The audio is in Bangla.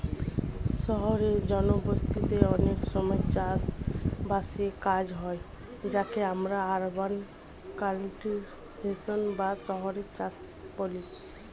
শহুরে জনবসতিতে অনেক সময় চাষ বাসের কাজ হয় যাকে আমরা আরবান কাল্টিভেশন বা শহুরে চাষ বলি